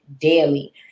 daily